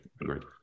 agreed